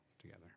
together